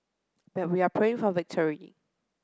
but we are praying for victory